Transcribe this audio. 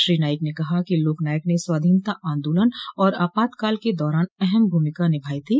श्री नाईक ने कहा कि लोकनायक ने स्वाधीनता आन्दोलन और आपातकाल के दौरान अहम भूमिका निभाई थी